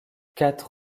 quatre